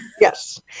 Yes